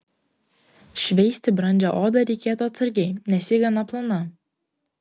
šveisti brandžią odą reikėtų atsargiai nes ji gana plona